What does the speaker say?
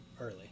early